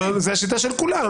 נכון, זו השיטה של כולם.